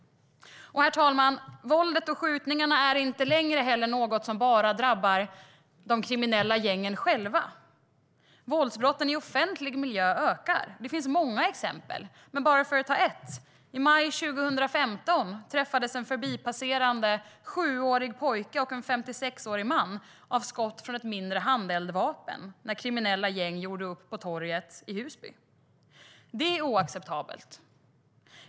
Herr talman! Våldet och skjutningarna är inte längre något som bara drabbar de kriminella gängen. Våldsbrotten i offentlig miljö ökar. Det finns många exempel. Bara för att ta ett: I maj 2015 träffades en förbipasserande sjuårig pojke och en 56-årig man av skott från ett mindre handeldvapen när kriminella gäng gjorde upp på torget i Husby. Det är oacceptabelt.